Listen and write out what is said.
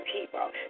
people